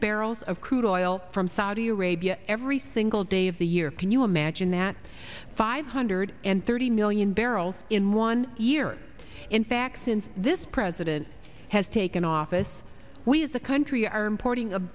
barrels of crude oil from saudi arabia every single day of the year can you imagine that five hundred and thirty million barrels in one year in fact since this president has taken office we as a country are importing a